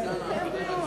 שיהיה דיון.